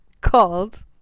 called